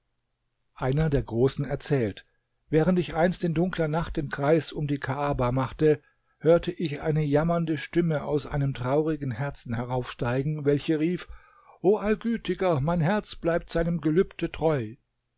einer der großen erzählt während ich einst in dunkler nacht den kreis um die kaaba machte hörte ich eine jammernde stimme aus einem traurigen herzen heraufsteigen welche rief o allgütiger mein herz bleibt seinem gelübde treu